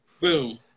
boom